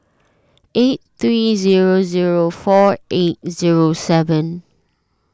eight three zero zero four eight zero seven